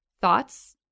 Thoughts